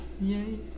Yay